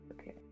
Okay